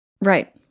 Right